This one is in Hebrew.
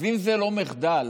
אם זה לא מחדל